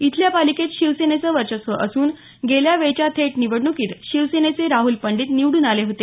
इथल्या पालिकेत शिवसेनेचं वर्चस्व असून गेल्या वेळेच्या थेट निवडण्कीत शिवसेनेचे राहूल पंडित निवडून आले होते